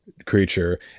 Creature